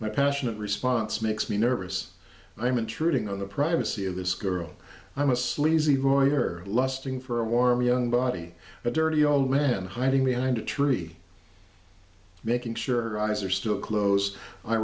my passionate response makes me nervous i'm intruding on the privacy of this girl i'm a sleazy boy or lusting for a warm young body a dirty old man hiding behind a tree making sure his are still close i